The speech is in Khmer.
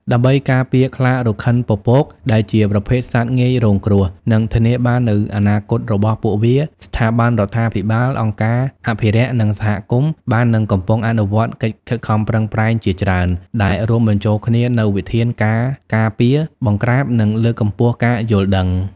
ដើម្បីការពារខ្លារខិនពពក ដែលជាប្រភេទសត្វងាយរងគ្រោះ និងធានាបាននូវអនាគតរបស់ពួកវា ស្ថាប័នរដ្ឋាភិបាល អង្គការអភិរក្ស និងសហគមន៍បាននិងកំពុងអនុវត្តកិច្ចខិតខំប្រឹងប្រែងជាច្រើន ដែលរួមបញ្ចូលគ្នានូវវិធានការការពារ បង្ក្រាប និងលើកកម្ពស់ការយល់ដឹង។